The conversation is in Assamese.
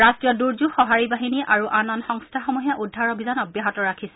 ৰাষ্ট্ৰীয় দুৰ্যোগ সঁহাৰি বাহিনী আৰু আন আন সংস্থাসমূহে উদ্ধাৰ অভিযান অব্যাহত ৰাখিছে